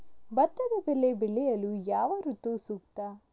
ಭತ್ತದ ಬೆಳೆ ಬೆಳೆಯಲು ಯಾವ ಋತು ಸೂಕ್ತ?